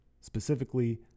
specifically